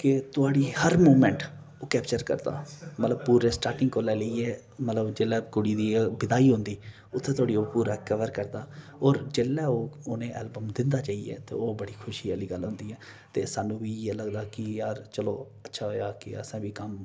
केह् तुआढ़ी हर मूवमैंट ओह् कैप्चर करदा मतलब पूरे स्टाटिंग कोला लेइयै मतलब जेल्लै कुड़ी दी विदाई होंदी उत्थै धोड़ी ओह् पूरा कवर करदा होर जेल्लै ओह् उनेंगी एल्बम दिंदा जेइयै ते ओह् बड़ी खुशी आह्ली गल्ल होंदी ऐ ते सानू बी इयै लगदा कि यार चलो अच्छा होएया कि असें बी कम्म